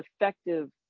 effective